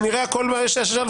שנראה הכול לפנינו.